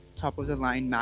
top-of-the-line